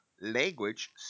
language